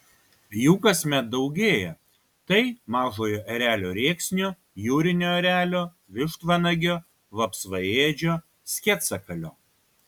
jų kasmet daugėja tai mažojo erelio rėksnio jūrinio erelio vištvanagio vapsvaėdžio sketsakalio